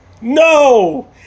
No